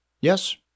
Yes